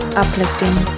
uplifting